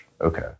Okay